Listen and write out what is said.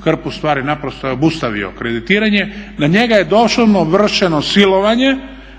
hrpu stvari, naprosto je obustavio kreditiranje. Na njega je doslovno vršeno silovanje